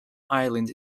island